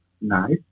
nice